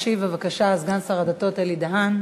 ישיב, בבקשה, סגן שר הדתות אלי בן-דהן.